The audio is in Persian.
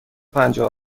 پنجاه